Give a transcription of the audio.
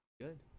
Good